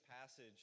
passage